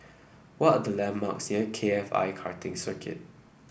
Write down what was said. what are the landmarks K F I Karting Circuit